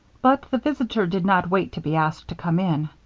but the visitor did not wait to be asked to come in.